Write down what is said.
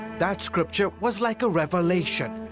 that scripture was like a revelation.